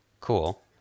Cool